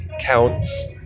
counts